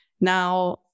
Now